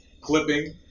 clipping